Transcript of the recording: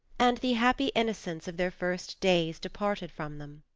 and the happy innocence of their first days departed from them.